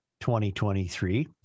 2023